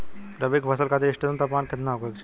रबी क फसल खातिर इष्टतम तापमान केतना होखे के चाही?